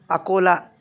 Akola